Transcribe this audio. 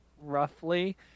roughly